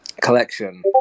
collection